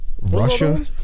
russia